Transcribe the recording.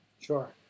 sure